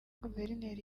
guverineri